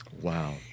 Wow